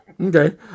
Okay